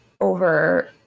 over